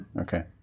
Okay